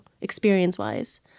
experience-wise